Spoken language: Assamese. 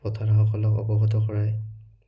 ভোটাৰসকলক অৱগত কৰাই